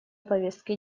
повестки